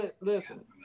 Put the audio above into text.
listen